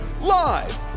live